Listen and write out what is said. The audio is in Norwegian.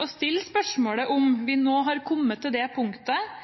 å stille spørsmålet om vi nå har kommet til det punktet